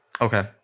Okay